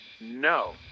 no